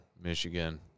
Michigan